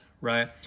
right